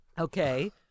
Okay